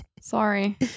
sorry